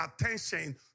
attention